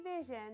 vision